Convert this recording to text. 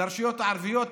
לרשויות הערביות,